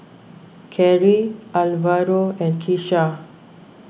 Cary Alvaro and Kisha